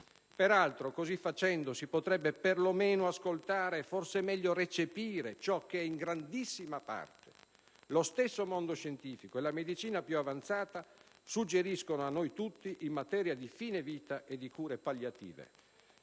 Peraltro, così facendo sì potrebbe perlomeno ascoltare e forse meglio recepire ciò che in grandissima parte lo stesso mondo scientifico e la medicina più avanzata suggeriscono a noi tutti in materia di fine vita e di cure palliative.